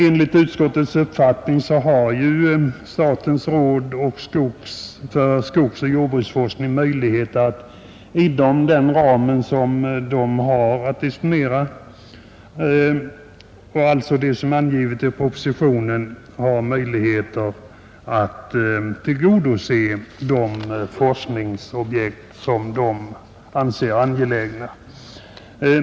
Enligt utskottets uppfattning har statens råd för skogsoch jordbruksforskning inom den ram som finns angiven i propositionen möjligheter att tillgodose de forskningsobjekt som rådet anser angelägna.